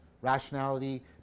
rationality